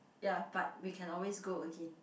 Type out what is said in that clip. ya but we can always go again